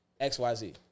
xyz